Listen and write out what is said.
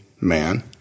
man